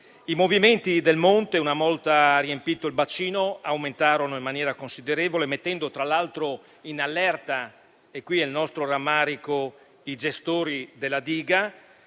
I movimenti del monte, una volta riempito il bacino, aumentarono in maniera considerevole, mettendo tra l'altro in allerta - e qui è il nostro rammarico - i gestori della diga.